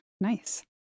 nice